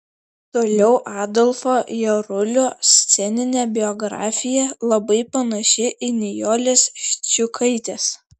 toliau adolfo jarulio sceninė biografija labai panaši į nijolės ščiukaitės